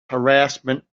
harassment